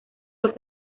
los